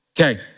Okay